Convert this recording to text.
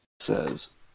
says